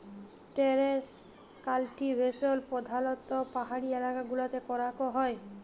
terrace cultivation প্রধালত্ব পাহাড়ি এলাকা গুলতে ক্যরাক হ্যয়